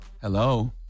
Hello